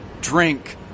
drink